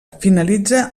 finalitza